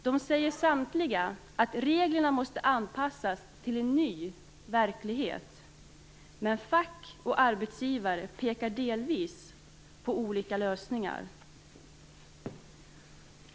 De säger samtliga att reglerna måste anpassas till en ny verklighet, men fack och arbetsgivare pekar delvis på olika lösningar.